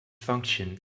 function